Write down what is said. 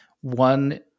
one